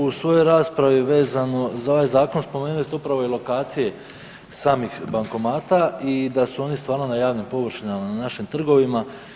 U svojoj raspravi vezano za ovaj zakon spomenuli ste upravo i lokacije samih bankomata i da su oni stvarno na javnim površinama i na našim trgovima.